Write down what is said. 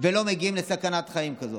ולא מגיעים לסכנת חיים כזאת.